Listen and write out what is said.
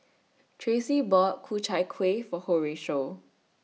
Tracey bought Ku Chai Kueh For Horatio